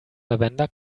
lavender